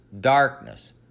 darkness